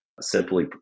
simply